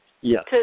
Yes